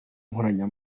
nkoranya